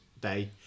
day